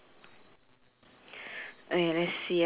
ya but that one both of our pictures are the same